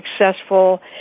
successful